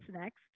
Next